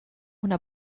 una